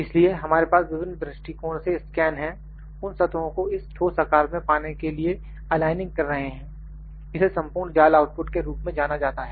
इसलिए हमारे पास विभिन्न दृष्टिकोण से स्कैन हैं उन सतहों को इस ठोस आकार में पाने के लिए एलाइनिंग कर रहे हैं इसे संपूर्ण जाल आउटपुट के रूप में जाना जाता है